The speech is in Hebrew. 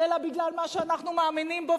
אלא בגלל מה שאנחנו מאמינים בו.